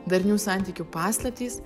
darnių santykių paslaptys